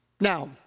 Now